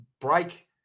break –